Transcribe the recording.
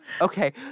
Okay